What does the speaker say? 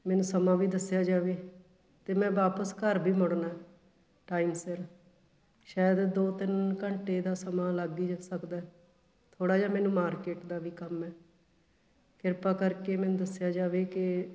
ਮੈਨੂੰ ਸਮਾਂ ਵੀ ਦੱਸਿਆ ਜਾਵੇ ਅਤੇ ਮੈਂ ਵਾਪਸ ਘਰ ਵੀ ਮੁੜਨਾ ਟਾਈਮ ਸਿਰ ਸ਼ਾਇਦ ਦੋ ਤਿੰਨ ਘੰਟੇ ਦਾ ਸਮਾਂ ਲੱਗ ਹੀ ਸਕਦਾ ਥੋੜ੍ਹਾ ਜਿਹਾ ਮੈਨੂੰ ਮਾਰਕੀਟ ਦਾ ਵੀ ਕੰਮ ਹੈ ਕਿਰਪਾ ਕਰਕੇ ਮੈਨੂੰ ਦੱਸਿਆ ਜਾਵੇ ਕਿ